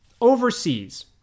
Overseas